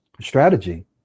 strategy